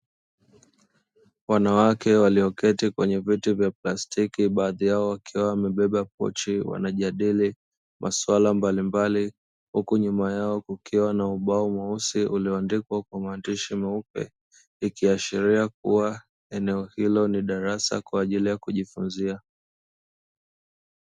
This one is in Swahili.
Wanawake walioketi kwenye viti vya plastiki baadhi yao wakiwa wamebeba pochi wanajadili masuala mbalimbali huku nyuma yao kukiwa na ubao mweusi ulioandikwa kwa maandishi meupe ikiashiria kuwa eneo hilo ni darasa kwa ajili ya kujifunzia.